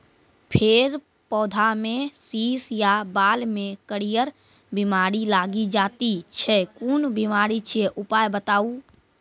फेर पौधामें शीश या बाल मे करियर बिमारी लागि जाति छै कून बिमारी छियै, उपाय बताऊ?